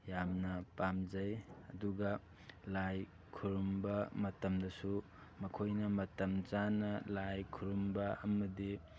ꯌꯥꯝꯅ ꯄꯥꯝꯖꯩ ꯑꯗꯨꯒ ꯂꯥꯏ ꯈꯨꯔꯨꯝꯕ ꯃꯇꯝꯗꯁꯨ ꯃꯈꯣꯏꯅ ꯃꯇꯝ ꯆꯥꯅ ꯂꯥꯏ ꯈꯨꯔꯨꯝꯕ ꯑꯃꯗꯤ